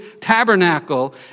tabernacle